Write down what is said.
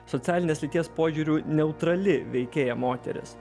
socialinės lyties požiūriu neutrali veikėja moteris